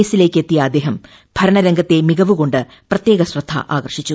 എസിലേയ്ക്ക് എത്തിയ അദ്ദേഹം ഭരണരംഗത്തെ മികവുകൊണ്ട് പ്രത്യേക ശ്രദ്ധ ആകർഷിച്ചു